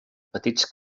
petits